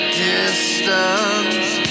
distance